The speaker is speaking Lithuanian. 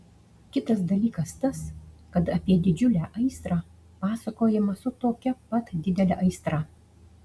kitas dalykas tas kad apie didžiulę aistrą pasakojama su tokia pat didele aistra